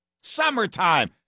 Summertime